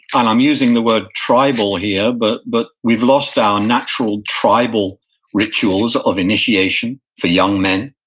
and i'm using the word tribal here, but but we've lost our natural tribal rituals of initiation for young men.